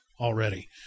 already